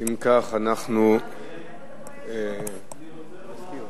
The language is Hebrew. היית מאמין שממנו תבוא הישועה?